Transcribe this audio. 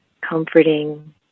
comforting